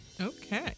Okay